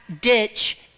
ditch